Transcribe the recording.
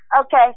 Okay